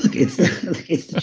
it's. it's.